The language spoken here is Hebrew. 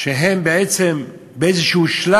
שהם בעצם בשלב